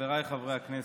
חבריי חברי הכנסת,